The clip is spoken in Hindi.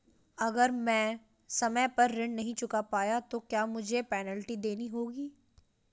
अगर मैं समय पर ऋण नहीं चुका पाया तो क्या मुझे पेनल्टी देनी होगी?